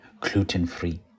gluten-free